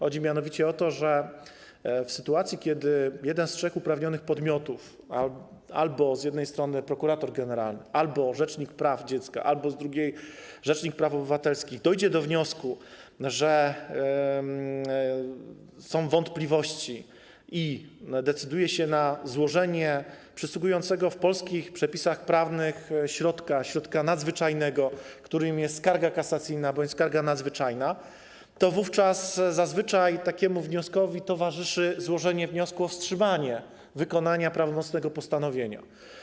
Chodzi mianowicie o to, że w sytuacji, kiedy jeden z trzech uprawnionych podmiotów, tj. prokurator generalny, rzecznik praw dziecka albo rzecznik praw obywatelskich, dojdzie do wniosku, że są wątpliwości i zdecyduje się na użycie przysługującego w polskich przepisach prawnych środka, środka nadzwyczajnego, którym jest skarga kasacyjna bądź skarga nadzwyczajna, to wówczas zazwyczaj takiemu wnioskowi towarzyszy złożenie wniosku o wstrzymanie wykonania prawomocnego postanowienia.